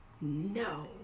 no